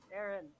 Aaron